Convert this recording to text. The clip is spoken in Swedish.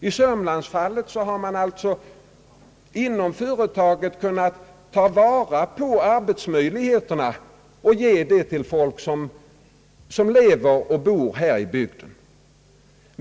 I sörmlandsfallet har man alltså inom företaget kunnat ta vara på arbetsmöjligheterna och ge dem till människor som lever och bor i bygden.